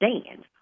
stand